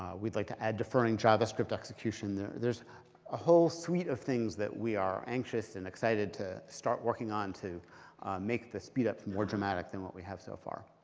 we'd like to add deferring javascript execution. there's a whole suite of things that we are anxious and excited to start working on to make this speed-up more dramatic than what we have so far.